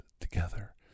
together